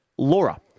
Laura